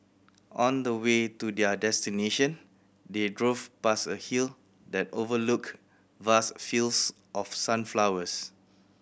on the way to their destination they drove past a hill that overlooked vast fields of sunflowers